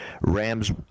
Rams